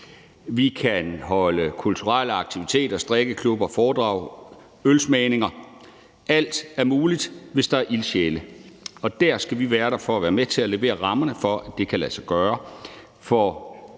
Vi kan have kulturelle aktiviteter, have strikkeklubber, høre foredrag og have ølsmagninger. Alt er muligt, hvis der er ildsjæle. Og dér skal vi være der for at være med til at levere rammerne for, at det kan lade sig gøre